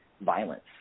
violence